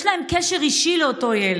יש להם קשר אישי לאותו ילד,